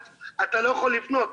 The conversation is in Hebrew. אני פשוט לא יכולתי להגיע,